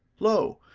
lo,